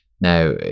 Now